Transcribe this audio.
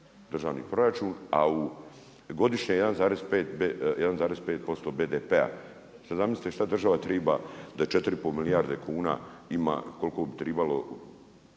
državni proračun, a godišnje 1,5% BDP-a. Sad zamislite šta država treba da 4 i pol milijarde kuna ima, koliko bi trebalo